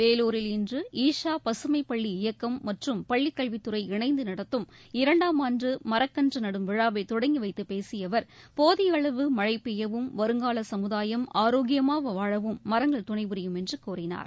வேலூரில் இன்று ஈஷா பசுமை பள்ளி இயக்கம் மற்றும் பள்ளிக்கல்வித்துறை இணைந்து நடத்தும் இரண்டாம் ஆண்டு மரக்கள்று நடும் விழாவை தொடங்கிவைத்து பேசிய அவர் போதிய அளவு மழை பெய்யவும் வருங்கால சமுதாயம் ஆரோக்கியமாக வாழவும் மரங்கள் துணைபுரியும் என்று கூறினார்